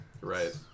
Right